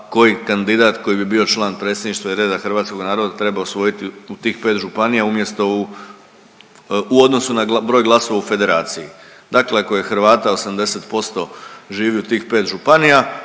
koji kandidat koji bi bio član Predsjedništva i reda hrvatskog naroda treba osvojiti u tih 5 županija umjesto u, u odnosu na broj glasova u Federaciji. Dakle ako je Hrvata 80% živi u tih 5 županija,